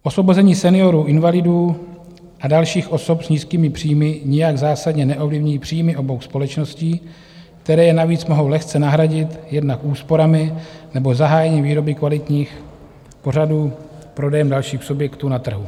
Osvobození seniorů, invalidů a dalších osob s nízkými příjmy nijak zásadně neovlivní příjmy obou společností, které je navíc mohou lehce nahradit jednak úsporami, nebo zahájením výroby kvalitních pořadů, prodejem dalších subjektů (?) na trhu.